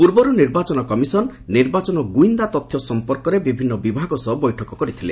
ପୂର୍ବରୁ ନିର୍ବାଚନ କମିଶନ୍ ନିର୍ବାଚନ ଗୁଇନ୍ଦା ତଥ୍ୟ ସମ୍ୟନ୍ଧରେ ବିଭିନ୍ତ ବିଭାଗ ସହ ବୈଠକ କରିଥିଲା